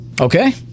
Okay